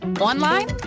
online